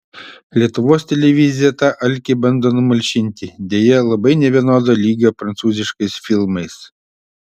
lietuvos televizija tą alkį bando numalšinti deja labai nevienodo lygio prancūziškais filmais